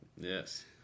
Yes